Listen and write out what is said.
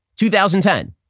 2010